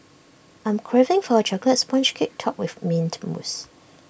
I'm craving for A Chocolate Sponge Cake Topped with Mint Mousse